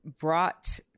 brought